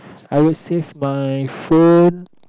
I would save my phone